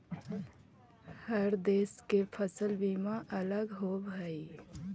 हर देश के फसल बीमा अलग होवऽ हइ